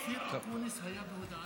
אופיר אקוניס היה בהודעה אישית.